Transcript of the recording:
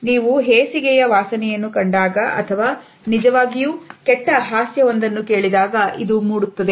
ನೀವು ಹೇಸಿಗೆಯ ವಾಸನೆಯನ್ನು ಕಂಡಾಗ ಅಥವಾ ನಿಜವಾಗಿಯೂ ಕೆಟ್ಟ ಹಾಸ್ಯ ಒಂದನ್ನು ಕೇಳಿದಾಗ ಇದು ಮೂಡುತ್ತದೆ